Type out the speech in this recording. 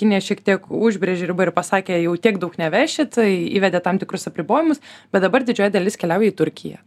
kinija šiek tiek užbrėžė ribą ir pasakė jau tiek daug nevešit tai įvedė tam tikrus apribojimus bet dabar didžioji dalis keliauja į turkiją